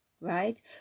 right